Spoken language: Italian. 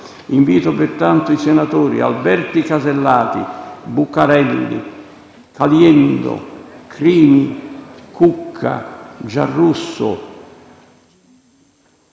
Invito, pertanto, i senatori Alberti Casellati, Buccarella, Caliendo, Crimi, Cucca, Giarrusso,